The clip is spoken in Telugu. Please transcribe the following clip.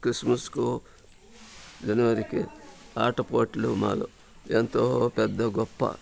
క్రిస్మస్కు జనవరికి ఆటపాటలు మాలో ఎంతో పెద్ద గొప్ప